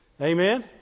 Amen